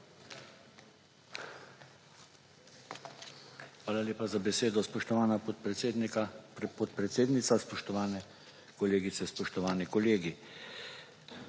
Hvala lepa za besedo, spoštovana podpredsednica. Spoštovane kolegice, spoštovani kolegi!